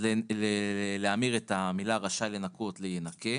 להמיר את המילה "רשאי לנכות" ל"ינכה",